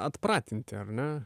atpratinti ar ne